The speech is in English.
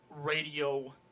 radio